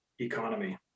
economy